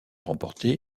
remporté